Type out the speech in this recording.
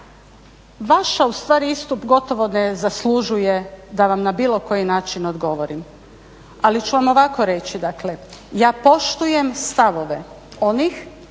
vaš ustvari istup gotovo ne zaslužuje da vam na bilo koji način odgovorim ali ću vam ovako reći, dakle. Ja poštujem stavove onih